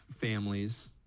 families